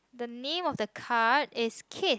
the name of the car is Keith